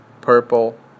purple